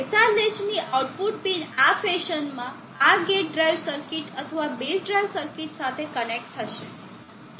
SR લેચની output pin આ ફેશનમાં આ ગેટ ડ્રાઇવ સર્કિટ અથવા બેઝ ડ્રાઇવ સર્કિટ સાથે કનેક્ટ થશે